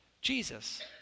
Jesus